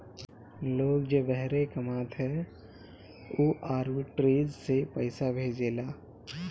लोग जे बहरा कामत हअ उ आर्बिट्रेज से पईसा भेजेला